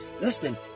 listen